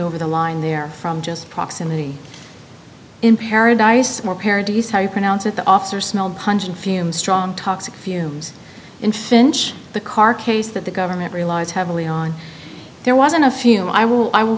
over the line there from just proximity in paradise more parodies how you pronounce it the officer smelled punching fumes strong toxic fumes in finch the carcase that the government relies heavily on there wasn't a few i will i will